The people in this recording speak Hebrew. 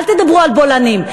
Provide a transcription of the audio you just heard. אל תדברו על בולענים,